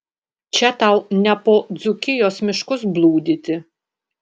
čia tau ne po dzūkijos miškus blūdyti